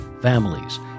families